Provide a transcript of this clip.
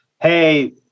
hey